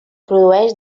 produeix